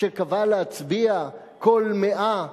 כשקבע להצביע על כל 100,